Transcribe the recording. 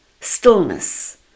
stillness